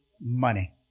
money